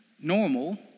normal